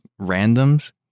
randoms